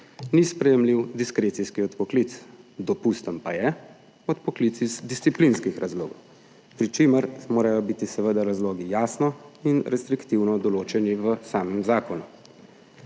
ni sprejemljiv diskrecijski odpoklic. Dopusten pa je odpoklic iz disciplinskih razlogov, pri čemer morajo biti seveda razlogi jasno in restriktivno določeni v samem zakonu.